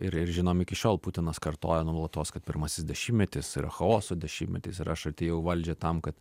ir ir žinom iki šiol putinas kartoja nuolatos kad pirmasis dešimtmetis yra chaoso dešimtmetis ir aš atėjau į valdžią tam kad